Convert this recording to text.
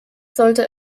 sollte